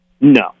No